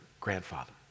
grandfather